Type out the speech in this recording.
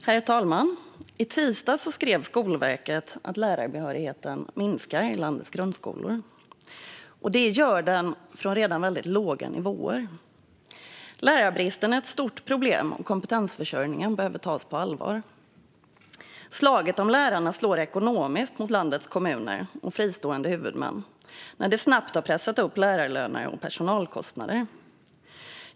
Herr talman! I tisdags skrev Skolverket att lärarbehörigheten minskar i landets grundskolor. Det gör den från redan väldigt låga nivåer. Lärarbristen är ett stort problem, och kompetensförsörjningen behöver tas på allvar. Slaget om lärarna slår ekonomiskt mot landets kommuner och fristående huvudmän när de snabbt har pressat upp lärarlöner och personalkostnader.